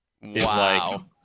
Wow